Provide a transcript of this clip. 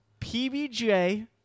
PBJ